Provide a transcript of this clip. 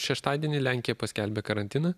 šeštadienį lenkija paskelbė karantiną